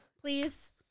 please